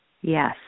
Yes